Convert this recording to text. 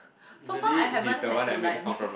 so far I haven't had to like make